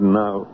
now